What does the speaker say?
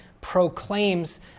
proclaims